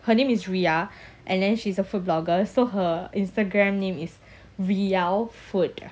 her name is ria and then she's a food blogger so her instagram name is rial food